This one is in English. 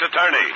Attorney